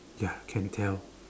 ya can tell